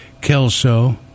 Kelso